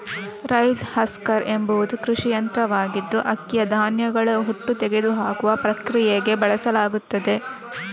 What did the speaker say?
rice husker ಎಂಬುದು ಕೃಷಿ ಯಂತ್ರವಾಗಿದ್ದು ಅಕ್ಕಿಯ ಧಾನ್ಯಗಳ ಹೊಟ್ಟು ತೆಗೆದುಹಾಕುವ ಪ್ರಕ್ರಿಯೆಗೆ ಬಳಸಲಾಗುತ್ತದೆ